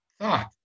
thought